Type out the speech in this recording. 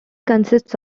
consists